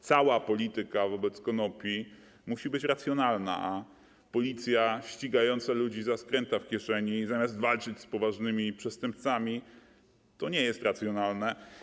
Cała polityka wobec konopi musi być racjonalna, a Policja, która ściga ludzi za skręta w kieszeni, zamiast walczyć z poważnymi przestępcami - to nie jest racjonalne.